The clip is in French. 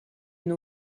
une